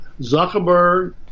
Zuckerberg